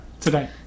today